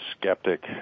skeptic